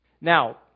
Now